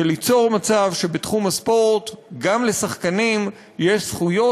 וליצור מצב שבתחום הספורט גם לשחקנים יש זכויות,